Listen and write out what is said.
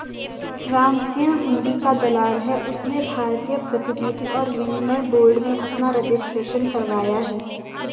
रामसिंह हुंडी का दलाल है उसने भारतीय प्रतिभूति और विनिमय बोर्ड में अपना रजिस्ट्रेशन करवाया है